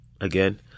again